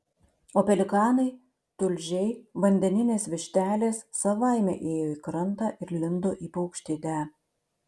o pelikanai tulžiai vandeninės vištelės savaime ėjo į krantą ir lindo į paukštidę